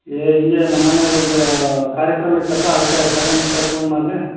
ಏಯ್ ಹಿಂಗೇ ನಮ್ಮ ಮನ್ಯಾಗೆ ಒಂದು ಕಾರ್ಯಕ್ರಮ ಇತ್ತಪ್ಪ ಅದಕ್ಕೆ ಕರ್ಯೋಣಂತ ಫೋನ್ ಮಾಡಿದೆ